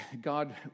God